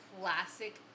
classic